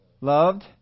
loved